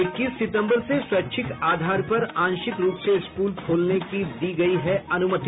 इक्कीस सितंबर से स्वैच्छिक आधार पर आंशिक रूप से स्कूल खोलने की दी गयी है अनुमति